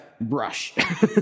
brush